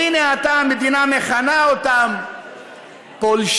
והנה, עתה המדינה מכנה אותם פולשים.